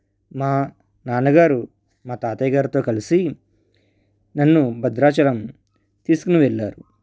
మా నాన్నగారు మా తాతయ్యగారితో కలిసి నన్ను భద్రాచలం తీసుకోని వెళ్ళారు